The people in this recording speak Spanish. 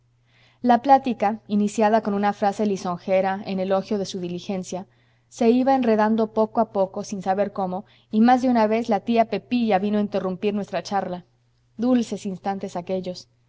la plática iniciada con una frase lisonjera en elogio de su diligencia se iba enredando poco a poco sin saber cómo y más de una vez la tía pepilla vino a interrumpir nuestra charla dulces instantes aquellos